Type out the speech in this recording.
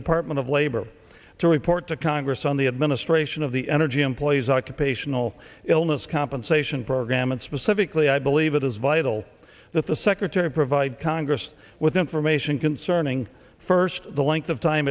department of labor to report to congress on the administration of the energy employees occupational illness compensation program and specifically i believe it is vital that the secretary provide congress with information concerning first the length time